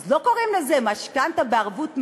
אז לא קוראים לזה "משכנתה בערבות מדינה",